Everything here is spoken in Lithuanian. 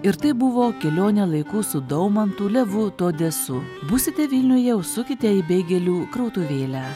ir tai buvo kelionė laiku su daumantu levu todesu būsite vilniuje užsukite į beigelių krautuvėlę